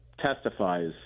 testifies